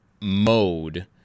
mode